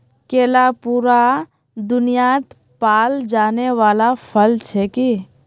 केला पूरा दुन्यात पाल जाने वाला फल छिके